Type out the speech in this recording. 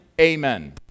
amen